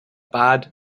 bad